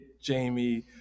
Jamie